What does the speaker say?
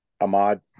Ahmad